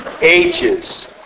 ages